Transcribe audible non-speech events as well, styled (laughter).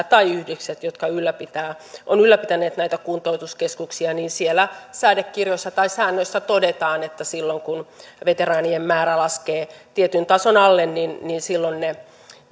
(unintelligible) tai yhdistysten jotka ovat ylläpitäneet näitä kuntoutuskeskuksia säädekirjoissa tai säännöissä todetaan että kun veteraanien määrä laskee tietyn tason alle niin niin silloin